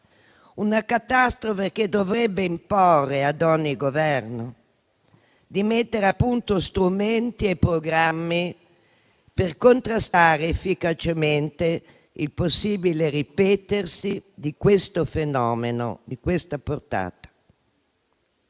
Una catastrofe che dovrebbe imporre ad ogni Governo di mettere a punto strumenti e programmi per contrastare efficacemente il possibile ripetersi di un fenomeno di questa portata.